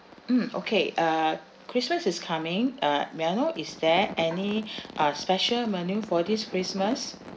mm okay uh christmas is coming uh may I know is there any uh special menu for this christmas